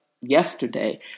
yesterday